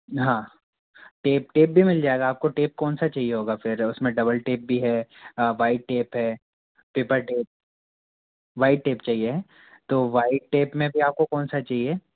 हाँ tape tape भी मिल जाएगा आपको टेप कौन सा चाहिए होगा फिर उसमें डबल टेप भी है व्हाइट टेप है पेपर टेप व्हाइट टेप चाहिए है तो व्हाइट टेप में भी आपको कौन सा चाहिए